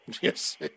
Yes